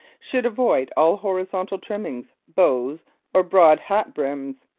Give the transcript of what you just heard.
should avoid all horizontal trimmings, bows or broad hat-brims.